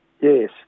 Yes